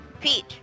Peach